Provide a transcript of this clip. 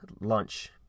lunch